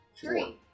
Three